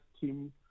team